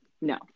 No